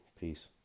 peace